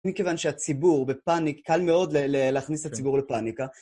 מכיוון שהציבור בפאניק... קל מאוד להכניס את הציבור לפאניקה.